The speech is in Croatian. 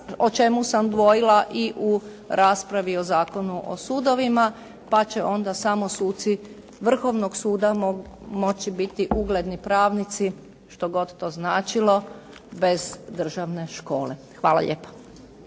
o čemu sam dvojila i u raspravi o Zakonu o sudovima pa će onda samo suci Vrhovnog suda moći biti ugledni pravnici što god to značilo bez državne škole. Hvala lijepa.